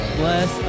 bless